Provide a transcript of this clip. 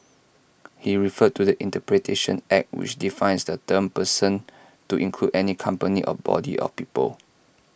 he referred to the interpretation act which defines the term person to include any company or body of people